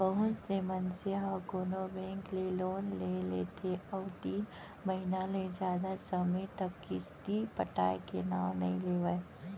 बहुत से मनसे ह कोनो बेंक ले लोन ले लेथे अउ तीन महिना ले जादा समे तक किस्ती पटाय के नांव नइ लेवय